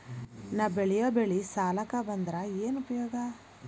ನಾವ್ ಬೆಳೆಯೊ ಬೆಳಿ ಸಾಲಕ ಬಂದ್ರ ಏನ್ ಉಪಯೋಗ?